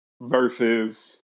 versus